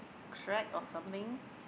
crack or something